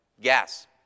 gas